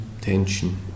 tension